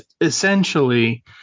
essentially